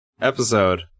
episode